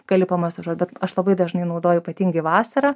gali pamasažuot bet aš labai dažnai naudoju ypatingai vasarą